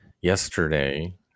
yesterday